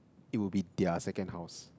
it would be their second house